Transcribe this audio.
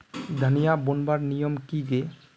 धनिया बूनवार नियम की गे?